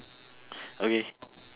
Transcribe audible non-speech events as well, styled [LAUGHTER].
[BREATH] okay